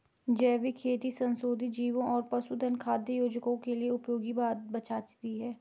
जैविक खेती संशोधित जीवों और पशुधन खाद्य योजकों के उपयोग से बचाती है